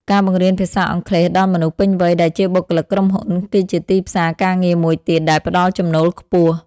ការបង្រៀនភាសាអង់គ្លេសដល់មនុស្សពេញវ័យដែលជាបុគ្គលិកក្រុមហ៊ុន គឺជាទីផ្សារការងារមួយទៀតដែលផ្តល់ចំណូលខ្ពស់។